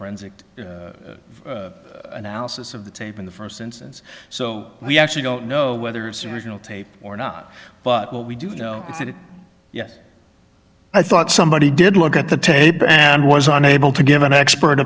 forensic analysis of the tape in the first instance so we actually don't know whether it's original tape or not but what we do know is that yes i thought somebody did look at the tape and was unable to give an expert